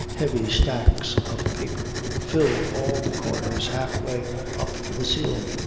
heavy stacks of paper filled all the corners half-way up to the ceiling.